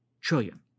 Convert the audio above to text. trillion